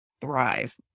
thrive